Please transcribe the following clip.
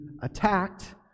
attacked